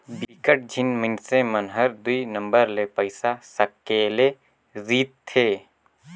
बिकट झिन मइनसे मन हर दुई नंबर ले पइसा सकेले रिथे